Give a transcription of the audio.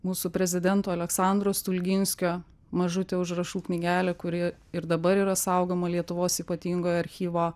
mūsų prezidento aleksandro stulginskio mažutė užrašų knygelė kuri ir dabar yra saugoma lietuvos ypatingojo archyvo